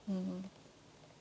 mm